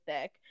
thick